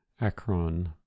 akron